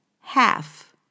half